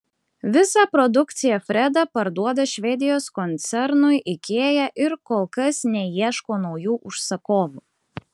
visą produkciją freda parduoda švedijos koncernui ikea ir kol kas neieško naujų užsakovų